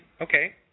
Okay